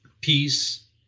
Peace